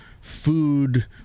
food